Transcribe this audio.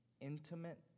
intimate